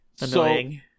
Annoying